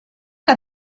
que